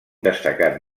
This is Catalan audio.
destacat